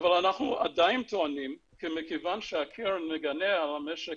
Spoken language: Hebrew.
אבל אנחנו עדיין טוענים שמכיוון שהקרן מגנה על המשק